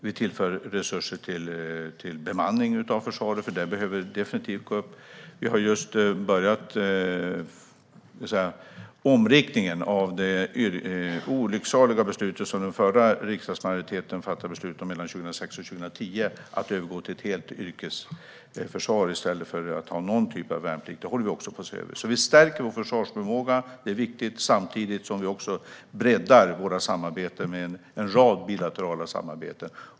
Vi tillför resurser till bemanning av försvaret, för där behöver det definitivt gå upp. Vi har just börjat omriktningen av det olycksaliga beslut som den förra riksdagsmajoriteten fattade mellan 2006 och 2010, nämligen att helt övergå till ett yrkesförsvar i stället för att ha någon typ av värnplikt. Det håller vi också på att se över. Vi stärker alltså vår försvarsförmåga - det är viktigt - samtidigt som vi breddar våra bilaterala samarbeten.